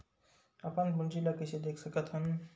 अपन पूंजी ला कइसे देख सकत हन?